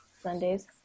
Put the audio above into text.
sundays